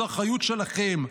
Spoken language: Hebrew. זו אחריות שלכם.